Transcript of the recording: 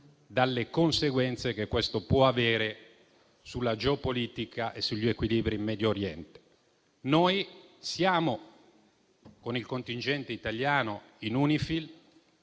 dalle conseguenze che questo può avere sulla geopolitica e sugli equilibri in Medio Oriente. Noi siamo, con il contingente italiano in UNIFIL,